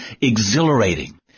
exhilarating